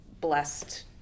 blessed